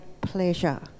pleasure